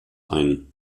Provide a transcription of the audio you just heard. ein